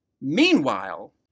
Meanwhile